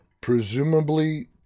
presumably